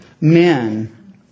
men